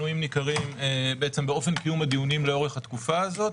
ניכרים באופן קיום הדיונים לאורך התקופה הזאת,